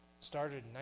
Started